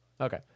Okay